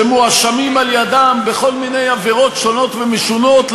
שמואשמים על-ידיהם בכל מיני עבירות שונות ומשונות,